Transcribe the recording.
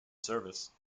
service